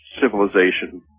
civilization